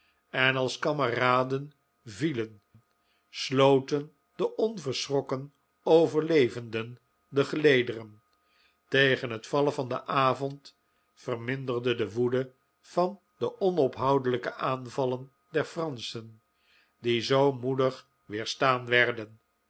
en als kameraden vielen sloten de onverschrokken overlevenden de gelederen tegen het vallen van den avond verminderde de woede van de onophoudelijke aanvallen der franschen die zoo moedig weerstaan werden